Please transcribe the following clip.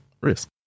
risk